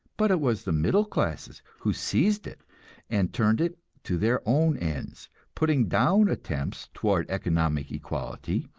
but it was the middle classes who seized it and turned it to their own ends, putting down attempts toward economic equality,